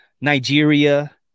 Nigeria